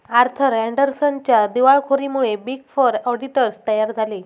Arthur अँडरसनच्या दिवाळखोरीमुळे big four auditors तयार झाले